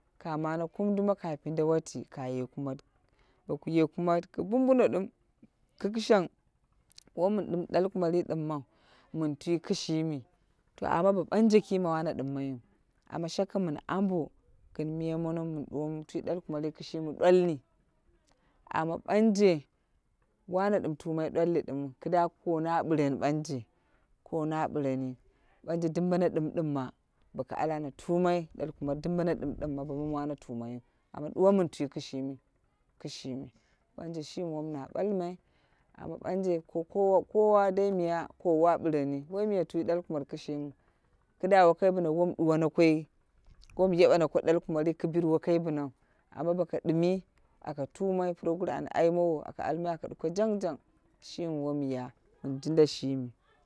Ka mane kumduma ka oinde wati ka ye kumat. Bo ku ye kumat, ki bumbuno dim ki kɨshang wo min dim dwalkumat dimmau min twi kishimi. To amma bo banje kime wane dimmayiu. Amma shaka min ambo gin miya mono min duwomo twi dwalkumari kishinni dwalni, amma banje wani dim tumai dwalni dimu kida kono a ɓireni banje, ko no a ɓireni, banje dim bono dim dimma bo ka ali ana tumai dwalkumat bono ɗim ɗimma babamu wane tumaiyu amma ɗuwa min twi kishimi kishimi. Banje shimi wom na ɓalmai amma banje ko kowa kowa kowa ai aniya kowua ɓireni woi miya twi dwalkumat kishimi ki da woi ka bina wom duwana koi wom yewana ko dwalkumat ku biri wo kai binau amma boko ɗimmi aka tumai purogueru an aimowo a ka almai aka duko janjang shimi wom ya min jinda shimi.